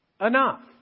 enough